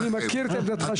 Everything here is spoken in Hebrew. אני מכיר את עמדתך,